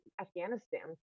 afghanistan